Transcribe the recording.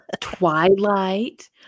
Twilight